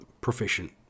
proficient